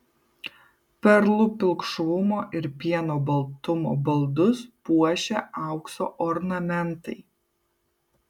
perlų pilkšvumo ir pieno baltumo baldus puošia aukso ornamentai